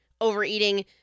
overeating